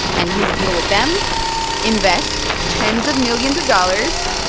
and his deal with them invest tens of millions of dollars,